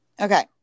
Okay